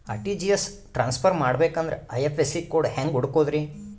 RTGS transfer ಮಾಡಬೇಕೆಂದರೆ IFSC code ಹೆಂಗ್ ಹುಡುಕೋದ್ರಿ?